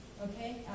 Okay